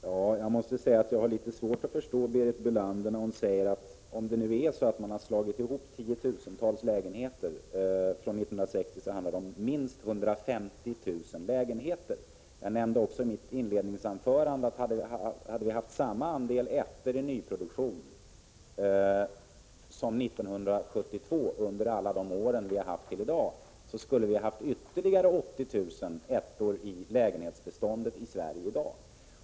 Herr talman! Jag har litet svårt att förstå Berit Bölander. Om man har slagit ihop tiotusentals lägenheter sedan 1960, handlar det om minst 150 000 lägenheter. I mitt inledningsanförande nämnde jag att vi, om vi under alla år hade haft samma andel ettor i nyproduktion som 1972, skulle ha haft ytterligare 80 000 ettor i lägenhetsbeståndet i Sverige i dag.